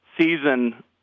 season